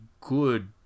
good